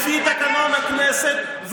לפי תקנון הכנסת,